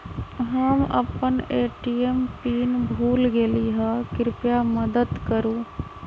हम अपन ATM PIN भूल गेली ह, कृपया मदत करू